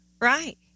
Right